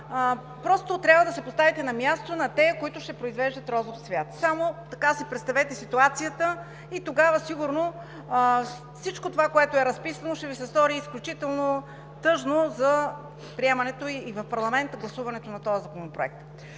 Просто трябва да се поставите на мястото на тези, които ще произвеждат розов цвят. Само си представете ситуацията и тогава сигурно всичко това, което е разписано, ще Ви се стори изключително тъжно за приемането и гласуването в парламента на този законопроект.